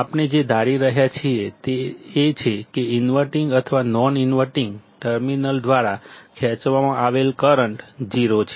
આપણે જે ધારી રહ્યા છીએ તે એ છે કે ઇન્વર્ટીંગ અથવા નોન ઇન્વર્ટીંગ ટર્મિનલ્સ દ્વારા ખેંચવામાં આવેલ કરંટ 0 છે